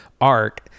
arc